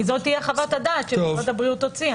כי זאת תהיה חוות הדעת שמשרד הבריאות הוציא.